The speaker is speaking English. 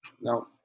No